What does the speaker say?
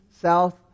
south